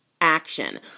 action